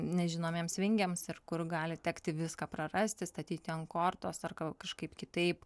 nežinomiems vingiams ir kur gali tekti viską prarasti statyti ant kortos ar kažkaip kitaip